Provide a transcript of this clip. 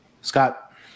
Scott